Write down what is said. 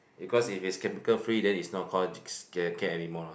because if is chemical free then is not call skincare anymore lor